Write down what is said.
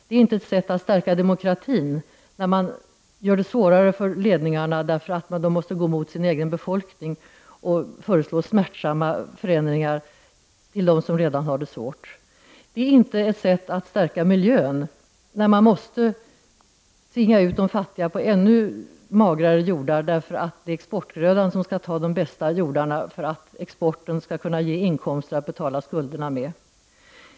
Det är inte ett sätt att förstärka demokratin när man gör det svårare för ledningarna, därför att de måste gå emot sin egen befolkning och föreslå smärtsamma förändringar för dem som redan har det svårt. Det är inte ett sätt att förbättra miljön när man måste tvinga ut de fattiga på ännu magrare jordar, därför att exportgrödorna skall ha de bästa jordarna för att exporten skall kunna ge inkomster att betala skulderna med.